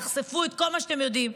תחשפו את כל מה שאתם יודעים,